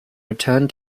returned